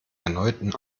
erneuten